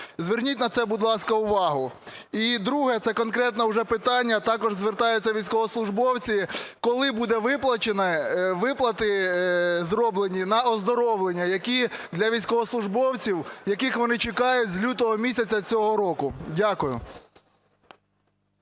Зверніть на це, будь ласка, увагу. І друге. Це конкретно вже питання. Також звертаються військовослужбовці. Коли будуть виплати зроблені на оздоровлення, які для військовослужбовців, яких вони чекають з лютого місяця цього року? Дякую.